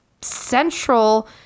central